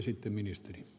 arvoisa puhemies